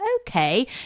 okay